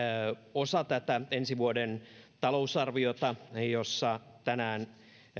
osa tätä ensi vuoden talousarviota josta tänään